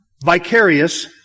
Vicarious